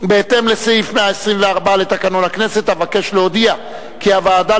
בהתאם לסעיף 124 לתקנון הכנסת אבקש להודיע כי הוועדה